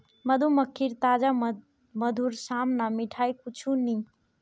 मधुमक्खीर ताजा मधुर साम न मिठाई कुछू नी